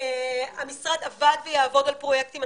המשרד עבד ויעבוד על פרויקטים,